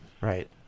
right